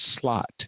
slot